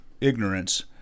ignorance